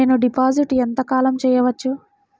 నేను డిపాజిట్ ఎంత కాలం చెయ్యవచ్చు?